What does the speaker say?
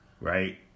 right